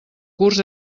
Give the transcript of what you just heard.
curs